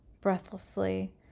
breathlessly